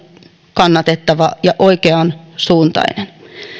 kannatettava ja oikean suuntainen